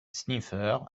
sniffer